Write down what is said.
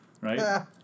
Right